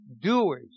doers